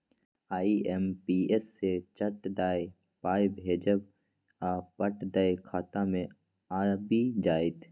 IMPS सँ चट दअ पाय भेजब आ पट दअ खाता मे आबि जाएत